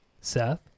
Seth